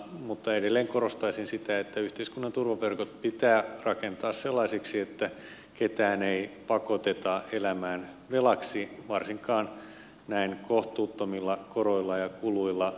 mutta edelleen korostaisin sitä että yhteiskunnan turvaverkot pitää rakentaa sellaisiksi että ketään ei pakoteta elämään velaksi varsinkaan näin kohtuuttomilla koroilla ja kuluilla